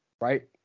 right